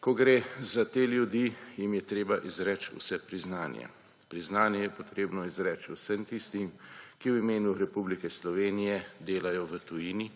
Ko gre za te ljudi, jim je treba izreči vse priznanje. Priznanje je potrebno izreči vsem tistim, ki v imenu Republike Slovenije delajo v tujini,